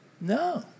No